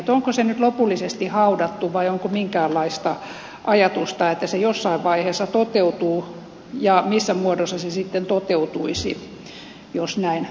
onko se nyt lopullisesti haudattu vai onko minkäänlaista ajatusta että se jossain vaiheessa toteutuu ja missä muodossa se sitten toteutuisi jos näin tapahtuu